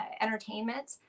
entertainment